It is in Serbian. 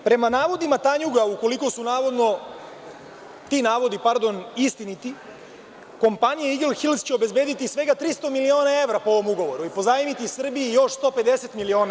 Prema navodima „Tanjuga“, ukoliko su ti navodi istiniti, kompanija „Eagle Hills“ će obezbediti svega 300 miliona evra po ovom ugovoru i pozajmiti Srbiji još 150 miliona